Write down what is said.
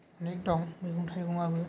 अनेक दं मैगं थाइगङाबो